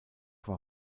war